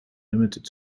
limited